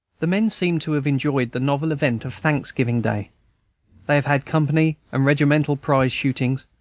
the men seem to have enjoyed the novel event of thanksgiving-day they have had company and regimental prize-shootings,